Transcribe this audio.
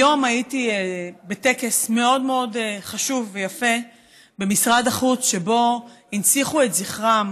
היום הייתי בטקס מאוד מאוד חשוב ויפה במשרד החוץ שבו הנציחו את זכרם